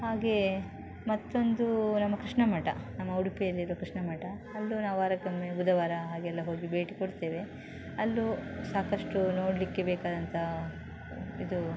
ಹಾಗೆ ಮತ್ತೊಂದು ನಮ್ಮ ಕೃಷ್ಣಮಠ ನಮ್ಮ ಉಡುಪಿಯಲ್ಲಿರುವ ಕೃಷ್ಣಮಠ ಅಲ್ಲೂ ನಾವು ವಾರಕ್ಕೊಮ್ಮೆ ಬುಧವಾರ ಹಾಗೆಲ್ಲ ಹೋಗಿ ಭೇಟಿ ಕೊಡ್ತೇವೆ ಅಲ್ಲೂ ಸಾಕಷ್ಟು ನೋಡಲಿಕ್ಕೆ ಬೇಕಾದಂಥ ಇದು